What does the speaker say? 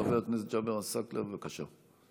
חבר הכנסת ג'אבר עסאקלה, בבקשה.